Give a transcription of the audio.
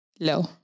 low